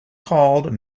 called